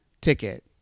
ticket